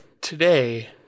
today